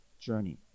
journey